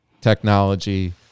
technology